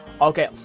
Okay